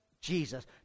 Jesus